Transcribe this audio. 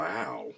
Wow